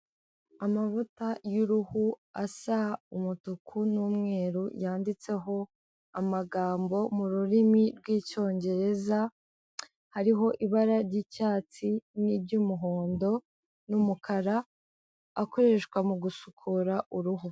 Amavuta y'uruhu asa umutuku n'umweru yanditseho amagambo mu rurimi rw'icyongereza, hariho ibara ry'icyatsi n'iry'umuhondo n'umukara, akoreshwa mu gusukura uruhu.